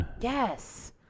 Yes